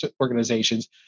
organizations